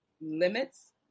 limits